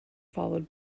followed